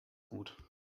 gut